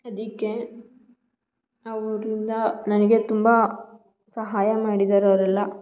ಅದಕ್ಕೆ ಅವರಿಂದ ನನಗೆ ತುಂಬ ಸಹಾಯ ಮಾಡಿದ್ದಾರೆ ಅವರೆಲ್ಲ